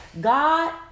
God